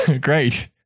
great